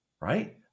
right